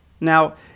Now